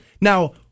Now